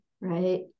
right